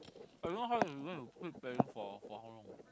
I don't know how she's gonna keep paying for for how long